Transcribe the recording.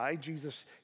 Jesus